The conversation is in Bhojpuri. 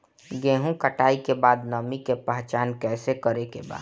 गेहूं कटाई के बाद नमी के पहचान कैसे करेके बा?